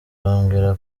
bambwira